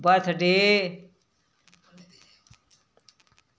birthday